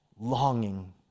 longing